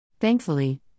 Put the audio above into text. Thankfully